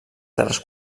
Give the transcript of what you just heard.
terres